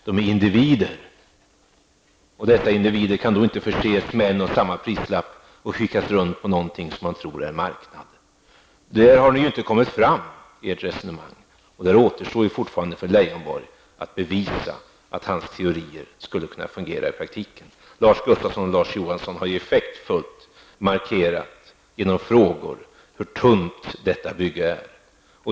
De är individer, och dessa individer kan inte förses med en och samma prislapp och skickas runt på någonting som man tror är en marknad. Där har ni inte kommit fram i ert resonemang, och där återstår fortfarande för Lars Leijonborg att bevisa att hans teorier skulle kunna fungera i praktiken. Lars Gustafsson och Larz Johansson har effektfullt markerat genom frågor hur tung detta bygge är.